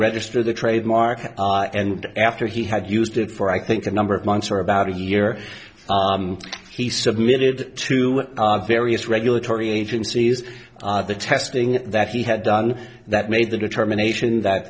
register the trademark and after he had used it for i think a number of months or about a year he submitted to various regulatory agencies the testing that he had done that made the determination that